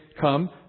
come